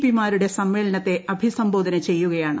P മാരുടെ സമ്മേളനത്തെ അഭിസംബോധന ചെയ്യുകയാണ്